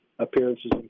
appearances